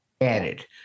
added